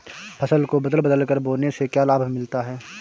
फसल को बदल बदल कर बोने से क्या लाभ मिलता है?